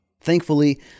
Thankfully